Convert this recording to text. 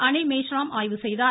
அனில் மேஷ்ராம் ஆய்வு செய்தார்